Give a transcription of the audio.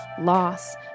loss